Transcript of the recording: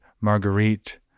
Marguerite